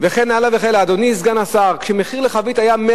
וכן הלאה ולכן הלאה.